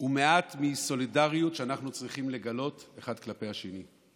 הוא מעט מהסולידריות שאנחנו צריכים לגלות אחד כלפי השני.